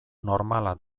normala